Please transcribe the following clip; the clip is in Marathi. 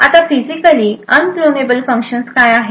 आता फिजिकली अनक्लोनेबल फंक्शनस काय आहेत